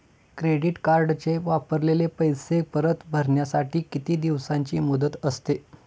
Credit कार्डचे वापरलेले पैसे परत भरण्यासाठी किती दिवसांची मुदत असते?